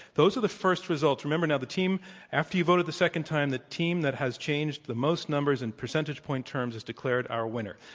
those are the first results. remember now, the team after you vote the second time, the team that has changed the most numbers in percentage point terms is declared our winner.